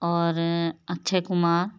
और अक्षय कुमार